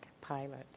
pilot